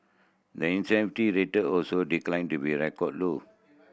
the rate also declined to be a record low